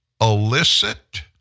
illicit